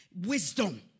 wisdom